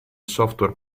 software